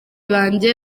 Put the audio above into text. banjye